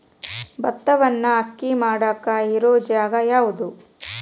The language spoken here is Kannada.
ಭತ್ತವನ್ನು ಅಕ್ಕಿ ಮಾಡಾಕ ಇರು ಜಾಗ ಯಾವುದು?